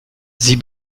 sie